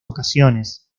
ocasiones